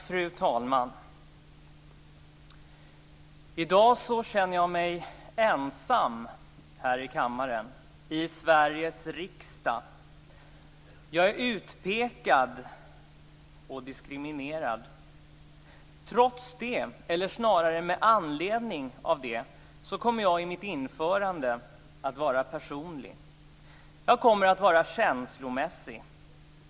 Fru talman! I dag känner jag mig ensam här i kammaren, i Sveriges riksdag. Jag är utpekad och diskriminerad. Trots det eller snarare med anledning av det kommer jag i mitt anförande att vara personlig. Jag kommer att vara känslomässig.